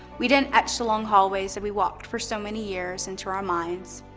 we didn't access the long hallways that we walked for so many years into our minds.